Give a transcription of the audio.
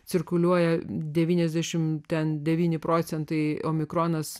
cirkuliuoja devyniasdešim ten devyni procentai omikronas